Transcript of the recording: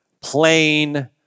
plain